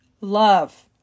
love